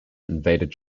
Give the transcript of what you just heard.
invaded